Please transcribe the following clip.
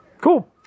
Cool